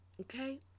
okay